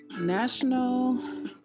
National